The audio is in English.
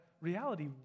reality